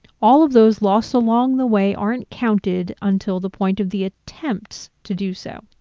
all of those lost along the way aren't counted until the point of the attempts to do so.